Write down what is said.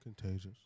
Contagious